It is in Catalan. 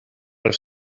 als